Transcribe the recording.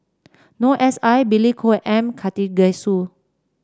Noor S I Billy Koh and M Karthigesu